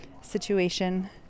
situation